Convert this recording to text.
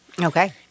okay